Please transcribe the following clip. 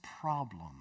problem